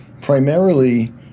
primarily